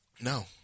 No